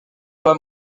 pas